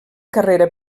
carrera